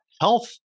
health